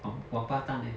王王八蛋 leh